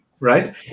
Right